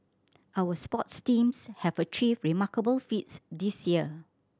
our sports teams have achieved remarkable feats this year